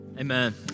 Amen